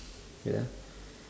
wait ah